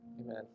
amen